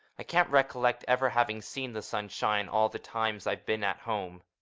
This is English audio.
i can't recollect ever having seen the sun shine all the times i've been at home.